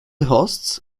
hosts